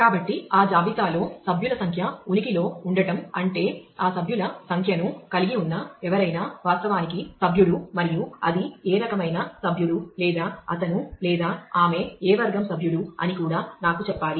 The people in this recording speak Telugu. కాబట్టి ఆ జాబితాలో సభ్యుల సంఖ్య ఉనికిలో ఉండటం అంటే ఆ సభ్యుల సంఖ్యను కలిగి ఉన్న ఎవరైనా వాస్తవానికి సభ్యుడు మరియు అది ఏ రకమైన సభ్యుడు లేదా అతను లేదా ఆమె ఏ వర్గం సభ్యుడు అని కూడా నాకు చెప్పాలి